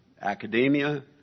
academia